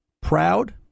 proud